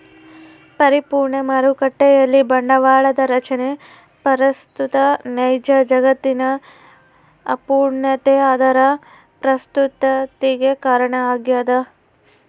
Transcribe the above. ಪರಿಪೂರ್ಣ ಮಾರುಕಟ್ಟೆಯಲ್ಲಿ ಬಂಡವಾಳದ ರಚನೆ ಅಪ್ರಸ್ತುತ ನೈಜ ಜಗತ್ತಿನ ಅಪೂರ್ಣತೆ ಅದರ ಪ್ರಸ್ತುತತಿಗೆ ಕಾರಣ ಆಗ್ಯದ